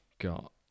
got